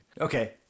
Okay